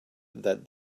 that